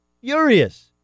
Furious